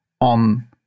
on